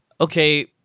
okay